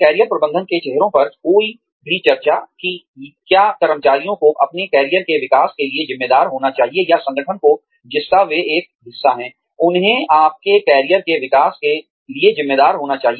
career प्रबंधन के चेहरों पर कोई भी चर्चा कि क्या कर्मचारियों को अपने करियर के विकास के लिए जिम्मेदार होना चाहिए या संगठन को जिसका वे एक हिस्सा हैं उन्हे आपके कैरियर के विकास के लिए जिम्मेदार होना चाहिए